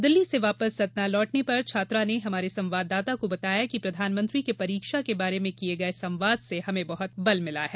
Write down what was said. दिल्ली से वापस सतना लौटने पर छात्रा ने हमारे संवाददाता को बताया कि प्रधानमंत्री के परीक्षा के बारे में किये गये संवाद से हमें बहुत बल मिला है